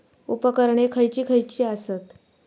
उपकरणे खैयची खैयची आसत?